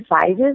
sizes